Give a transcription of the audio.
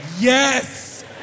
yes